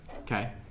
Okay